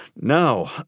No